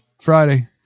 Friday